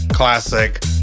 Classic